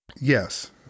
Yes